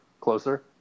closer